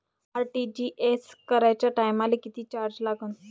RTGS कराच्या टायमाले किती चार्ज लागन?